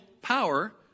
power